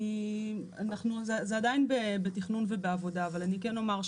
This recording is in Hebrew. זה עדיין בתכנון ובעבודה אבל אני כן אומר,